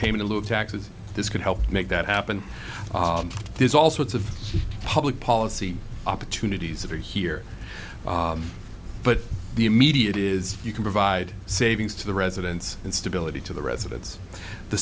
payment of taxes this could help make that happen there's all sorts of public policy opportunities over here but the immediate is you can provide savings to the residents and stability to the residents the